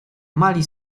mali